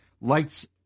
lights